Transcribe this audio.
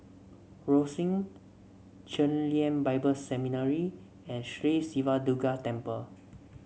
Rosyth Chen Lien Bible Seminary and Sri Siva Durga Temple